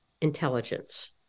intelligence